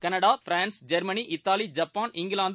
Canada France Germany Italy Japan England